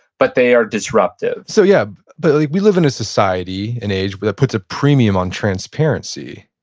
but they are disruptive so yeah. but we live in a society, an age but that puts a premium on transparency.